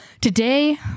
today